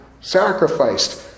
sacrificed